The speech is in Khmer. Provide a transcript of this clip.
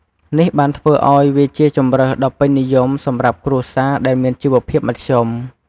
នេះបានធ្វើឱ្យវាជាជម្រើសដ៏ពេញនិយមសម្រាប់គ្រួសារដែលមានជីវភាពមធ្យម។